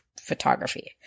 photography